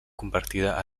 convertida